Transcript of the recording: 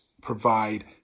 provide